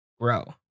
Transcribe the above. Grow